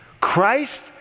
Christ